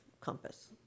compass